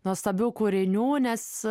nuostabių kūrinių nes